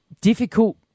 difficult